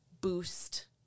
boost